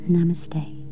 Namaste